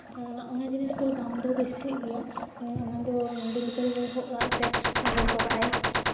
ᱚᱱᱟ ᱡᱤᱱᱤᱥ ᱫᱚ ᱫᱟᱢ ᱫᱚ ᱵᱮᱥᱤᱜ ᱜᱮᱭᱟ ᱚᱱᱟᱦᱚᱸ ᱰᱮᱞᱤᱵᱷᱟᱹᱨᱤ ᱵᱚᱭ ᱦᱚᱸ ᱚᱲᱟᱜ ᱛᱮ ᱟᱹᱜᱩ ᱦᱚᱴᱚ ᱠᱟᱜ ᱟᱭ